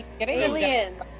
Aliens